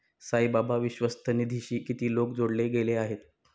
साईबाबा विश्वस्त निधीशी किती लोक जोडले गेले आहेत?